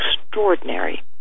extraordinary